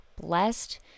blessed